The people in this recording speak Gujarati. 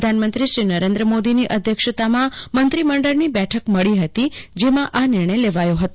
પ્રધાનમંત્રી શ્રી નરેન્દ્ર મોદીની અધ્યક્ષતામાં મંત્રીમંડળની બેઠક મળી હતી તેમાં આ નિર્ણય લેવાયો હતો